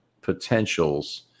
potentials